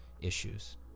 issues